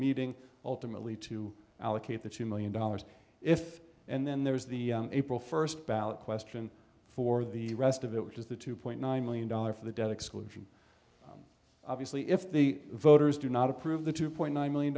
meeting ultimately to allocate the two million dollars if and then there is the april first ballot question for the rest of it which is the two point nine million dollars for the debt exclusion obviously if the voters do not approve the two point nine million